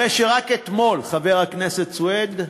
הרי שרק אתמול, חבר הכנסת סוייד,